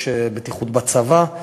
יש בטיחות בצבא.